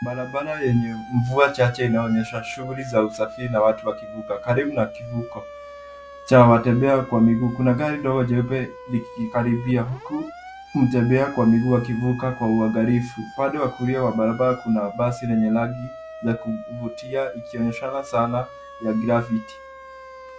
Barabara yenye mvua chache inaoneysha shughuli za usafiri, na watu wakivuka, karibu na kivuko cha watembea kwa miguu. Kuna gari dogo jeupe, likikaribia, huku mtembea kwa miguu akivuka kwa uangalifu. Upande wa kulia wa barabara kuna basi lenye rangi za kuvutia ikionyeshana sanaa ya grafitti .